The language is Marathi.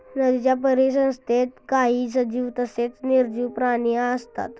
नदीच्या परिसंस्थेत काही सजीव तसेच निर्जीव प्राणी असतात